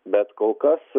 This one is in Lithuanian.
bet kol kas